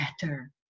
better